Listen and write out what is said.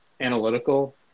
analytical